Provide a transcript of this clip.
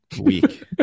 week